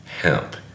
hemp